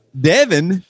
Devin